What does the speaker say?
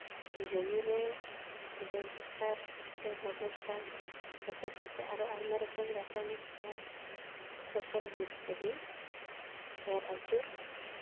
ᱡᱚᱢᱤᱨᱮ ᱡᱚᱭᱵᱚ ᱥᱟᱨ ᱥᱮ ᱜᱚᱵᱚᱨ ᱥᱟᱨ ᱥᱟᱛᱮ ᱥᱟᱛᱮ ᱟᱨᱦᱚᱸ ᱟᱭᱢᱟ ᱨᱚᱠᱚᱢ ᱴᱟᱥᱟᱭᱚᱱᱤᱠ ᱥᱟᱨ ᱯᱷᱚᱥᱚᱞ ᱦᱩᱭᱩᱜ ᱞᱟᱹᱜᱤᱫ ᱮᱨ ᱟᱹᱪᱩᱨ